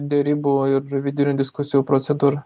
derybų ir vidinių diskusijų procedūra